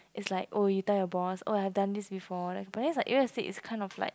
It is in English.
it's like oh you tell your boss oh I done this before but then it's like real estate is kind of like